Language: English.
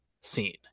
scene